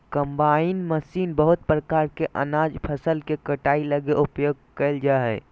combine machine बहुत प्रकार के अनाज फसल के कटाई लगी उपयोग कयल जा हइ